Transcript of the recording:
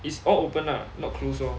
it's all open lah not close lor